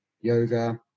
yoga